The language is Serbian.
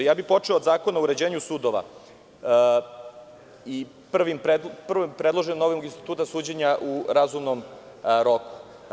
Počeo bih od Zakona o uređenju sudova i prvo je predložen novi institut suđenja u razumnom roku.